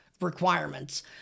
requirements